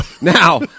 Now